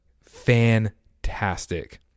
fantastic